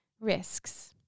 Risks